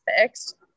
fixed